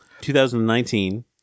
2019